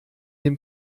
dem